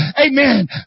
amen